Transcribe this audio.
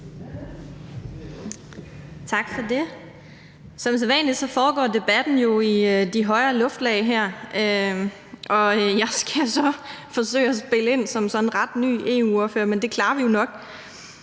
Tak for det. Som sædvanlig foregår debatten jo i de højere luftlag her, og jeg skal så forsøge at spille ind som sådan ret ny EU-ordfører. Men det klarer vi jo nok.